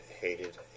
hated